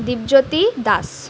Dipjyoti Das